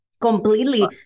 completely